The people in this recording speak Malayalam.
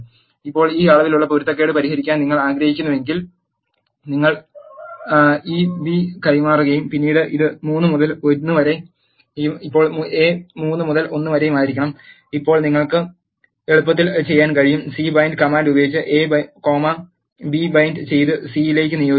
ഇപ്പോൾ ഈ അളവിലുള്ള പൊരുത്തക്കേട് പരിഹരിക്കാൻ നിങ്ങൾ ആഗ്രഹിക്കുന്നുവെങ്കിൽ നിങ്ങൾ ഈ ബി കൈമാറുകയും പിന്നീട് ഇത് 3 മുതൽ 1 വരെയും ഇപ്പോൾ എ 3 മുതൽ 1 വരെയും ആയിരിക്കണം ഇപ്പോൾ നിങ്ങൾക്ക് എളുപ്പത്തിൽ ചെയ്യാൻ കഴിയും സി ബൈൻഡ് കമാൻഡ് ഉപയോഗിച്ച് എ കോമ ബി ബൈൻഡ് ചെയ്ത് സിയിലേക്ക് നിയോഗിക്കുക